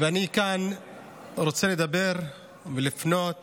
ואני כאן רוצה לדבר ולפנות